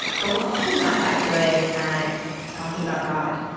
but we're also not that good at talking about god.